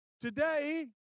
today